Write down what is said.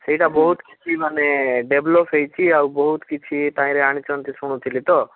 ସେଇଟା ବହୁତ କିଛି ମାନେ ଡେଭଲପ୍ ହେଇଛି ଆଉ ବହୁତ କିଛି ତାଇଁରେ ଆଣିଛନ୍ତି ଶୁଣୁଥିଲି ତ